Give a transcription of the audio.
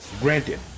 granted